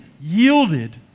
yielded